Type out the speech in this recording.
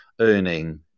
earning